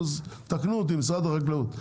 תקנו אותי משרד החקלאות,